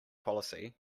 policy